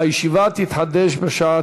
הישיבה תתחדש בשעה